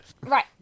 Right